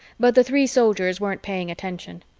but the three soldiers weren't paying attention.